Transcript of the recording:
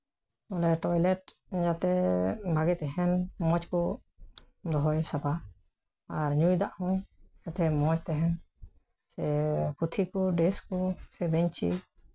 ᱚᱱᱮ ᱴᱚᱭᱞᱮᱴ ᱡᱟᱛᱮ ᱛᱟᱦᱮᱱ ᱢᱚᱡᱽ ᱠᱚ ᱫᱚᱦᱚᱭ ᱥᱟᱯᱷᱟ ᱟᱨ ᱧᱩᱭ ᱫᱟᱜ ᱦᱚᱸ ᱡᱟᱛᱮ ᱢᱚᱡᱽ ᱛᱟᱦᱮᱱ ᱥᱮ ᱯᱩᱛᱷᱤ ᱠᱩ ᱰᱨᱮᱥ ᱠᱚ ᱥᱮ ᱵᱮᱧᱪᱤ